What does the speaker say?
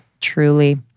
Truly